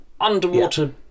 Underwater